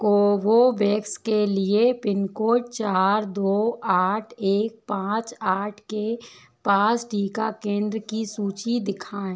Covovax के लिए pin code चार दो आठ एक पाँच आठ के पास टीका केंद्र की सूची दिखाएँ